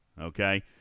Okay